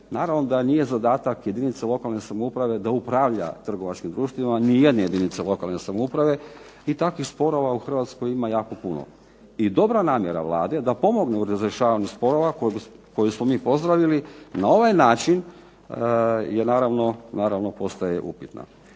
naravno da nije zadatak jedinica lokalne samouprave da upravlja trgovačkim društvima, ni jedne jedinice lokalne samouprave, i takvih sporova u Hrvatskoj ima jako puno. I dobra namjera Vlade da pomogne u razrješavanju sporova koje smo mi pozdravili na ovaj način je naravno,